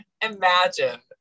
imagine